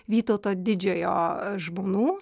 vytauto didžiojo žmonų